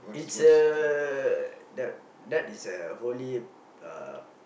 it's a that that is a holy uh